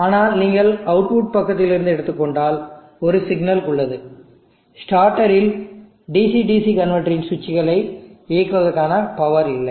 ஆனால் நீங்கள் அவுட்புட் பக்கத்தில் இருந்து எடுத்துக்கொண்டால் ஒரு சிக்கல் உள்ளது ஸ்டார்ட்டரில் DC DC கன்வெர்ட்டர் இன் சுவிட்சுகளை இயக்குவதற்கான பவர் இல்லை